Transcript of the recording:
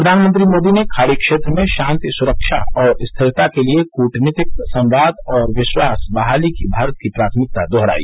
प्रधानमंत्री मोदी ने खाड़ी क्षेत्र में शांति सुरक्षा और स्थिरता के लिए कूटनीति संवाद और विश्वास बहाली की भारत की प्राथमिकता दोहराई